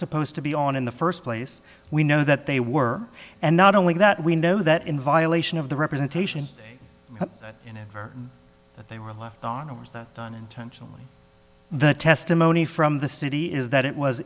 supposed to be on in the first place we know that they were and not only that we know that in violation of the representation you know that they were left on or was that done intentionally the testimony from the city is that it was